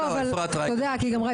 אפרת רייטן, בבקשה.